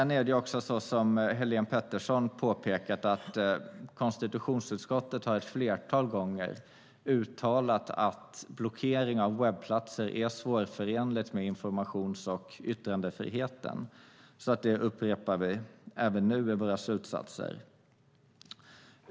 Precis som Helene Petersson påpekade har konstitutionsutskottet ett flertal gånger uttalat att blockering av webbplatser är svårförenligt med informations och yttrandefriheten. Det upprepar utskottet även nu i slutsatserna.